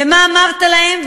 ומה אמרת להם,